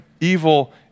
evil